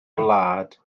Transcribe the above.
wlad